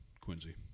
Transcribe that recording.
Quincy